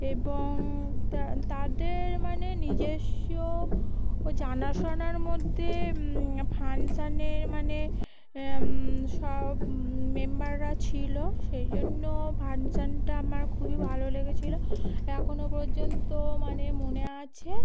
এবং তা তাদের মানে নিজেস্ব ও জানাশোনার মধ্যে ফাংশানের মানে সব মেম্বাররা ছিলো সেই জন্য ফাংশানটা আমার খুবই ভালো লেগেছিলো এখনো পর্যন্ত মানে মনে আছে